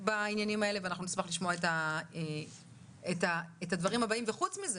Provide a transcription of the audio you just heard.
בעניינים האלה ואנחנו נשמח לשמוע את הדברים הבאים וחוץ מזה